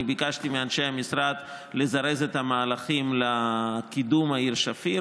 אני ביקשתי מאנשי המשרד לזרז את המהלכים לקידום העיר שפיר.